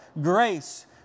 grace